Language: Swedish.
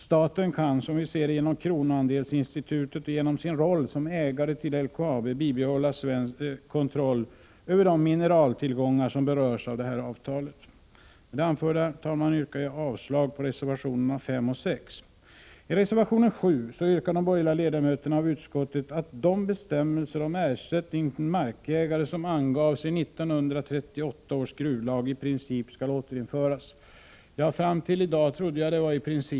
Staten kan genom kronoandelsinstitutet och genom sin roll som ägare till LKAB bibehålla svensk kontroll över de mineraltillgångar som berörs av detta avtal. Med det anförda, herr talman, yrkar jag avslag på reservationerna 5 och 6. I reservation 7 yrkar de borgerliga ledamöterna av utskottet att de bestämmelser om ersättning till markägaren som angavs i 1938 års gruvlag i princip skall återinföras. Ja, fram till i dag trodde jag att det var ”i princip”.